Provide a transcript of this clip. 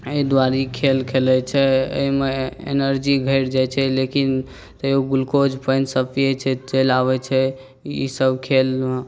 एहि दुआरे ई खेल खेलैत छै एहिमे एनर्जी घटि जाइत छै लेकिन तैयो ग्लूकोज पानिसभ पियैत छै तऽ चलि आबैत छै ईसभ खेलमे